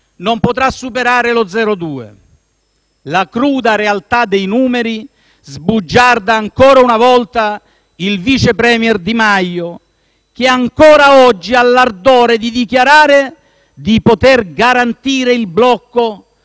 non potrà superare lo 0,2 per cento. La cruda realtà dei numeri sbugiarda ancora una volta il vice *premier* Di Maio, che ancora oggi ha l'ardire di dichiarare di poter garantire il blocco